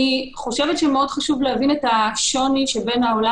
אני חושבת שחשוב מאוד להבין את השוני שבין העולם